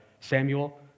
Samuel